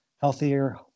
healthier